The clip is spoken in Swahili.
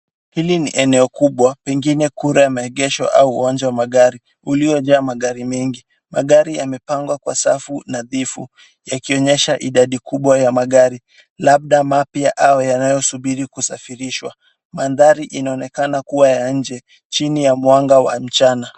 Hii ni sehemu kubwa pengine kura ya maonyesho au uwanja wa magari, uliojaa magari mengi. Magari yamepangwa kwa safu nadhibu yakionyesha idadi kubwa ya magari labda mapya au yanayosubiri kusafirishwa. Mandhari inaonekana kuwa ya nje chini ya mwanga wa mchana.